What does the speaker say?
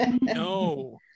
No